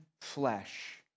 flesh